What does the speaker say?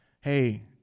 hey